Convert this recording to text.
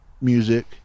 Music